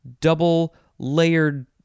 double-layered